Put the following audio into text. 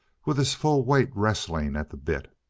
with his full weight wresting at the bit.